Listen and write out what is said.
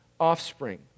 offspring